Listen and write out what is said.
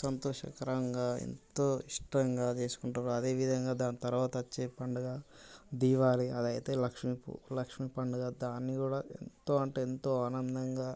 సంతోషకరంగా ఎంతో ఇష్టంగా చేసుకుంటారు అదే విధంగా దాని తర్వాత వచ్చే పండుగ దివాళీ అదైతే లక్ష్మీ పూ లక్ష్మీ పండుగ దాన్నికూడా ఎంతో అంటే ఎంతో ఆనందంగా